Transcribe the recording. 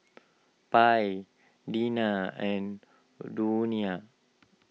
Pie Deena and Donia